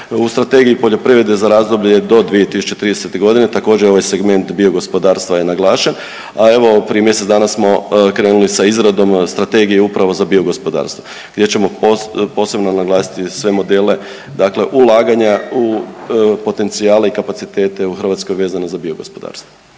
u Strategiji poljoprivrede za razdoblje do 2030. godine. Također ovaj segment biogospodarstva je naglašen, a evo prije mjesec dana smo krenuli sa izradom strategije upravo za biogospodarstvo gdje ćemo posebno naglasiti sve modele, dakle ulaganja u potencijale i kapacitete u Hrvatskoj vezane za biogospodarstva.